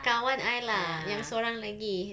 kawan I lah yang seorang lagi